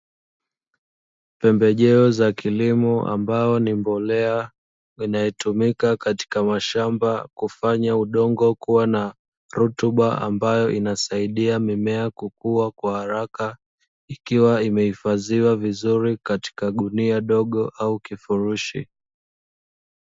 Pembejeo za kilimo ambao ni mbolea inayotumika katika mashamba, kufanya udongo kuwa na rutuba ambayo inasaidia mimea kukua kwa haraka. Ikiwa imehifadhiwa vizuri katika gunia dogo au kifurushi.